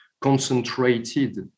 concentrated